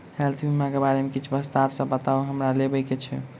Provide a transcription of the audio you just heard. Health बीमा केँ बारे किछ विस्तार सऽ बताउ हमरा लेबऽ केँ छयः?